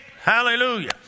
Hallelujah